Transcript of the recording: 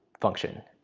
function.